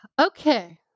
Okay